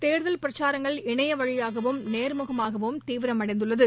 தேர்தல் பிரச்சாரங்கள் இணைய வழியாகவும் நேர்முகமாகவும் தீவிரமடைந்துள்ளது